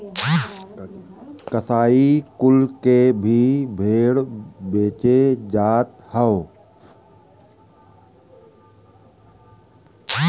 कसाई कुल के भी भेड़ बेचे जात हौ